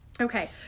okay